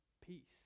peace